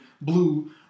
Blue